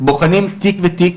בוחנים תיק ותיק,